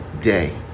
day